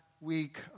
week